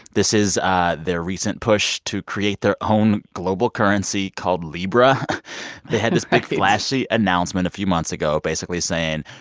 this is their recent push to create their own global currency called libra right they had this big, flashy announcement a few months ago basically saying,